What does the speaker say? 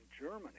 Germany